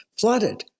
flooded